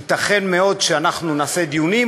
ייתכן מאוד שאנחנו נעשה דיונים,